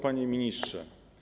Panie Ministrze!